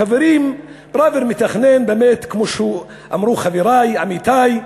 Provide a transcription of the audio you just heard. חברים, פראוור מתכנן באמת, כמו שאמרו חברי, עמיתי,